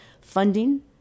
funding